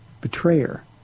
betrayer